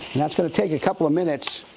that's gonna take a couple of minutes